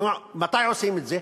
מתי עושים את זה?